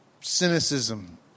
cynicism